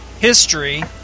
history